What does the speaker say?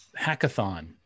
hackathon